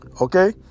Okay